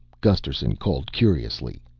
gusterson called curiously,